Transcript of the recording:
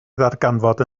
ddarganfod